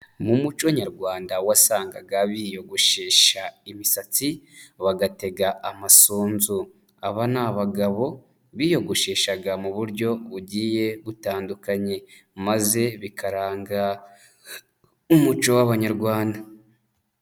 Mu muco nyarwanda wasangaga biyogoshesha imisatsi, bagatega amasunzu. Aba ni abagabo biyogosheshaga mu buryo bugiye butandukanye, maze bikaranga umuco w'abanyarwanda.